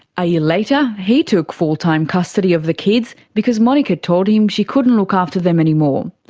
a year later he took full time custody of the kids, because monika told him she couldn't look after them anymore.